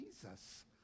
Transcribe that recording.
Jesus